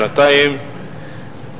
שנתיים,